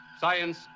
science